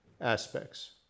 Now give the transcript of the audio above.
aspects